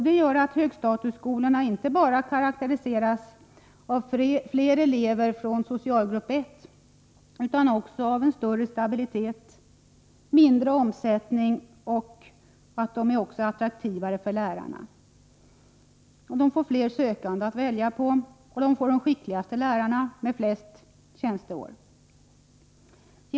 Det gör att högstatusskolorna inte bara karakteriseras av fler elever från socialgrupp 1 utan också av större stabilitet, mindre omsättning — och av att de är attraktivare för lärarna. De får fler sökande att välja på, och de får de skickligaste lärarna med flest tjänsteår.